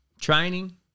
Training